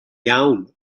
iawn